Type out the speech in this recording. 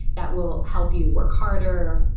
that will help you work harder,